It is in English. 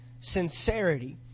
sincerity